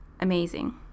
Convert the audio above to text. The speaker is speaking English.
amazing